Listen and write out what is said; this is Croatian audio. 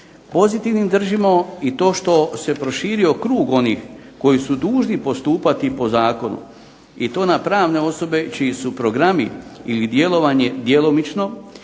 Pozitivnim držimo i to što se proširio krug onih koji su dužni postupati po zakonu i to na pravne osobe čiji su programi ili djelovanje djelomično